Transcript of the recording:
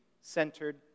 centered